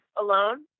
alone